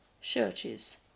churches